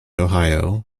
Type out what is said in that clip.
ohio